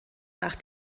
nach